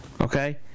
okay